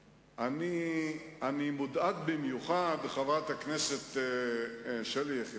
באוגוסט, ראינו כבר בספטמבר, שאנחנו הולכים